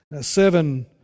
seven